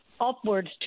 upwards